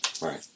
Right